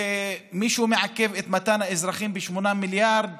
ומישהו מעכב את מתן ה-8 מיליארד